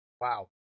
wow